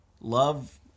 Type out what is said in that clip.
love